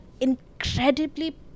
incredibly